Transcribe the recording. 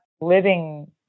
living